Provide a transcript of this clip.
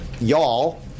Y'all